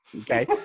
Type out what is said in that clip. Okay